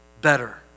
better